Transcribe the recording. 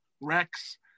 Rex